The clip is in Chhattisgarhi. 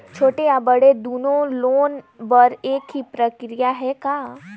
छोटे या बड़े दुनो लोन बर एक ही प्रक्रिया है का?